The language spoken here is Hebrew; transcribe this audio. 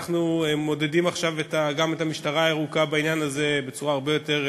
אנחנו מודדים עכשיו גם את המשטרה הירוקה בעניין הזה בצורה הרבה יותר,